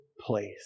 place